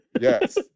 Yes